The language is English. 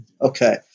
okay